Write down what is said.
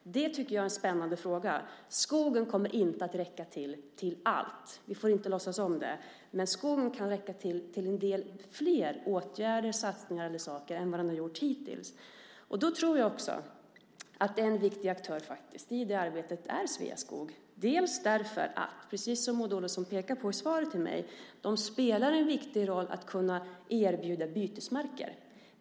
Det tycker jag är en spännande fråga. Skogen kommer inte att räcka till allt. Vi får inte låtsas att det är så. Men skogen kan räcka till några fler åtgärder och satsningar än vad den har gjort hittills. Då tror jag att Sveaskog är en viktig aktör i det arbetet bland annat därför att, precis som Maud Olofsson pekar på i svaret till mig, de spelar en viktig roll genom att kunna erbjuda bytesmarker.